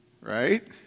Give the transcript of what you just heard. Right